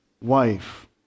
wife